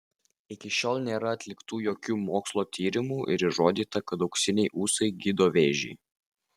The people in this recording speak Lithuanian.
iki šiol nėra atliktų jokių mokslo tyrimų ir įrodyta kad auksiniai ūsai gydo vėžį